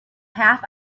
half